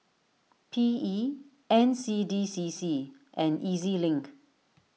P E N C D C C and E Z Link